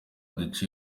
duce